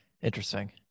Interesting